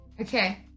okay